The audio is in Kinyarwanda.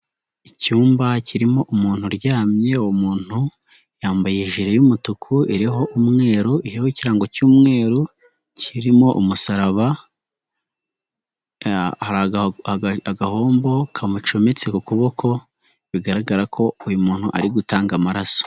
Icyumba kirimo umuntu uryamye, uwo muntu yambaye jire y'umutuku iriho umweru, iriho ikirango cy'umweru kirimo umusaraba, hari agahombo kamucometse ku kuboko, bigaragara ko uyu muntu ari gutanga amaraso.